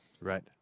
Right